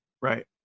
right